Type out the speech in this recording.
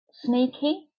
sneaky